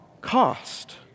cost